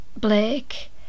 Blake